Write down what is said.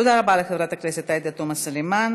תודה רבה לחברת הכנסת עאידה תומא סלימאן.